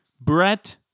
Brett